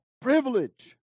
privilege